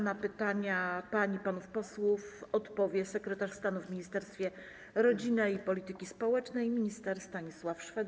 Na pytania pań i panów posłów odpowie sekretarz stanu w Ministerstwie Rodziny i Polityki Społecznej minister Stanisław Szwed.